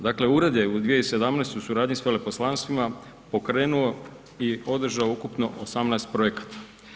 Dakle, urede u 2017. u suradnju s veleposlanstvima, pokrenuo i održao ukupno 18 projekata.